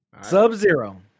Sub-Zero